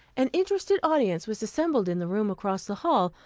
an interested audience was assembled in the room across the hall,